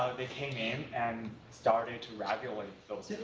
they came in and started to regulate those